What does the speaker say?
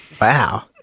Wow